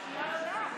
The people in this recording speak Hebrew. אני לא יודעת.